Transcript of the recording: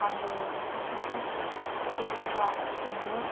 आङो ओंखामफोरखौ एखनबा संनो